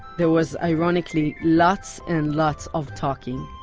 there was ironically lots and lots of talking.